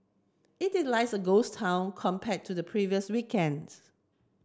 it is like a ghost town compare to the previous weekends